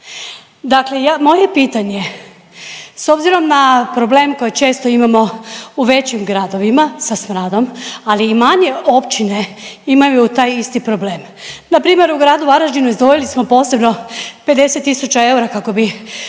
Dakle, moje je pitanje s obzirom na problem koji često imamo u većim gradovima sa smradom, ali i manje općine imaju taj isti problem. Na primjer u gradu Varaždinu izdvojili smo posebno 50000 eura kako bi